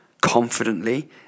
confidently